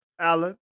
Alan